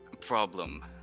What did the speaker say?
problem